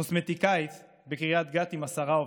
קוסמטיקאית בקריית גת עם עשרה עובדים,